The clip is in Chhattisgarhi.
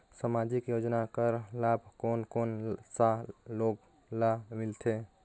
समाजिक योजना कर लाभ कोन कोन सा लोग ला मिलथे?